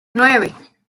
nueve